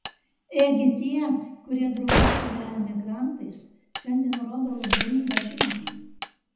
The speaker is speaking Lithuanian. ėgi tie kurie drauge su reemigrantais šiandien rodo labdaringą širdį